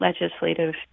legislative